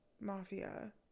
mafia